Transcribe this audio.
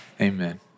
amen